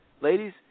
ladies